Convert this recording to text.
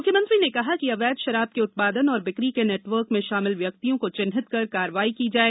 मुख्यमंत्री ने कहा कि अवैध शराब के उत्पादन और बिक्री के नेटवर्क में शामिल व्यक्तियों को चिन्हित कर कार्रवाई की जाये